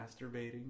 masturbating